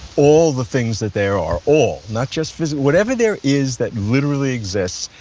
all the things that there are. all, not just physical, whatever there is that literally exists,